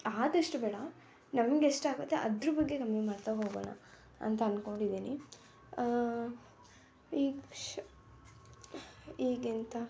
ಆದಷ್ಟು ಬೇಡ ನಮ್ಗೆ ಎಷ್ಟಾಗುತ್ತೆ ಅದ್ರ ಬಗ್ಗೆ ಕಮ್ಮಿ ಮಾಡ್ತಾ ಹೋಗೋಣ ಅಂತ ಅಂದ್ಕೊಂಡಿದ್ದೀನಿ ಈ ಕ್ಷ್ ಈಗೆಂತ